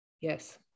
Yes